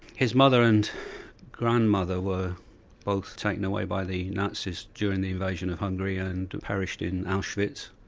his mother and grandmother were both taken away by the nazis during the invasion of hungary and perished in auschwitz.